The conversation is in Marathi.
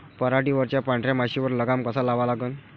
पराटीवरच्या पांढऱ्या माशीवर लगाम कसा लावा लागन?